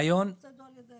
אז בואו נסכים על זה.